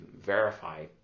verify